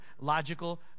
logical